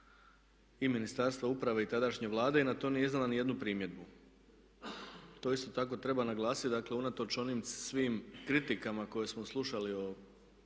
i ministarstva uprave i tadašnje Vlade i na to nije izdala niti jednu primjedbu. To isto tako treba naglasiti. Dakle unatoč onim svim kritikama koje smo slušali od